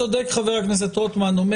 צודק חבר הכנסת רוטמן,